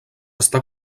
està